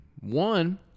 One